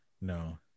No